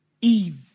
Eve